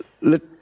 Let